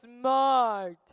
smart